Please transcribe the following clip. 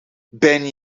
ben